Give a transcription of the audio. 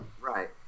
Right